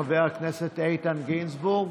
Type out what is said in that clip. של חבר הכנסת איתן גינזבורג.